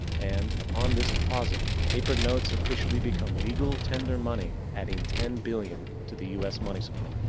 and, upon this deposit the paper notes officially become legal tender money. adding ten billion to the us money so